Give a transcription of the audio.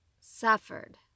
suffered